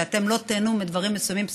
שאתם לא תיהנו מדברים מסוימים,